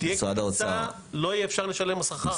ותהיה קפיצה, ואי אפשר יהיה לשלם שכר.